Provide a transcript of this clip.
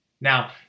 Now